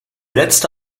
letzte